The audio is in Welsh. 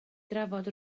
drafod